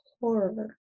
horror